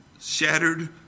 shattered